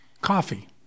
coffee